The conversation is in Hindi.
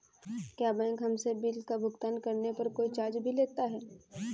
क्या बैंक हमसे बिल का भुगतान करने पर कोई चार्ज भी लेता है?